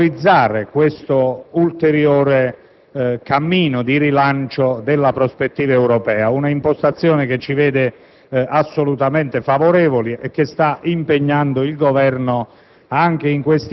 di valorizzare questo ulteriore cammino di rilancio della prospettiva europea. È un'impostazione che ci vede assolutamente favorevoli e che sta impegnando il Governo